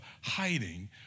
hiding